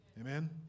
Amen